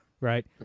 right